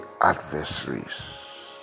adversaries